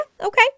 Okay